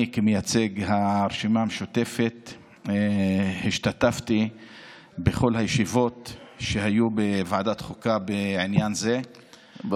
כמייצג הרשימה המשותפת השתתפתי בכל הישיבות שהיו בוועדת חוקה בעניין זה,